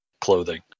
clothing